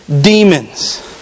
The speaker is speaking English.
demons